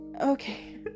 Okay